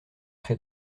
crée